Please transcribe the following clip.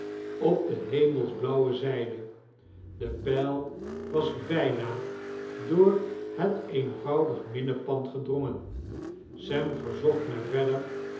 op de hemelsblauwe zyde de pijl was byna door het eenvoudig minnepand gedrongen sem verzocht my verder